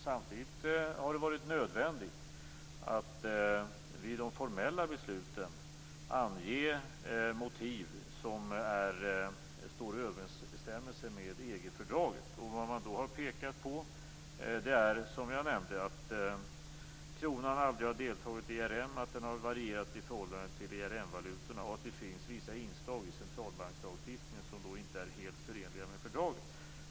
Samtidigt har det varit nödvändigt att vid de formella besluten ange motiv som står i överensstämmelse med EG-fördraget. Det man då har pekat på är, som jag nämnde, att kronan aldrig har deltagit i ERM, att den har varierat i förhållande till ERM-valutorna och att det finns vissa inslag i centralbankslagstiftningen som inte är helt förenliga med fördraget.